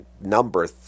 number